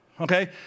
Okay